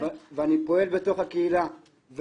ואני פועל בתוך הקהילה.